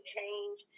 change